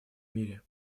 мире